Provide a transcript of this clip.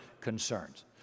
concerns